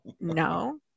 no